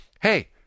hey